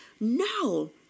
no